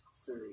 three